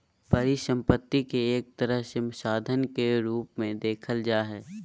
परिसम्पत्ति के एक तरह से साधन के रूप मे देखल जा हय